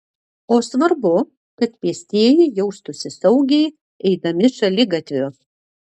o svarbu kad pėstieji jaustųsi saugiai eidami šaligatviu